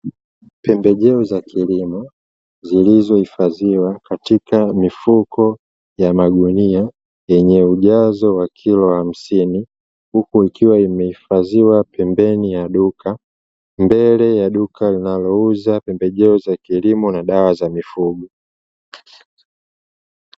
Pembejeo za kilimo zilizohifadhiwa katika mifuko ya magunia yenye ujazo wa kilo hamsini, huku ikiwa imehifadhiwa pembeni ya duka mbele ya duka linalouza pembejeo za kilimo na dawa za mifugo.